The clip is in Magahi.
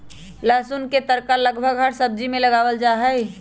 लहसुन के तड़का लगभग हर सब्जी में लगावल जाहई